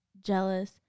jealous